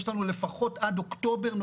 יש לנו לפחות עד אוקטובר-נובמבר.